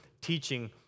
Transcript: teaching